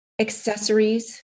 accessories